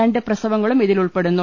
രണ്ട് പ്രസവങ്ങളും ഇതിൽ ഉൾപ്പെടുന്നു